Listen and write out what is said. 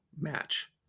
match